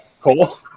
cool